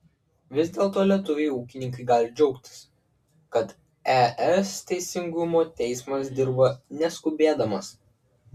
vis dėlto lietuviai ūkininkai gali džiaugtis kad es teisingumo teismas dirba neskubėdamas